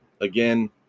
again